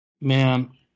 Man